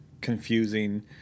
confusing